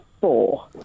four